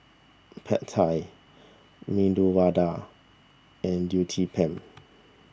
Pad Thai Medu Vada and Uthapam